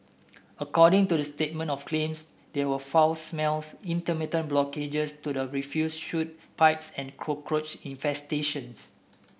according to the statement of claims there were foul smells intermittent blockages to the refuse chute pipes and cockroach infestations